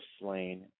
slain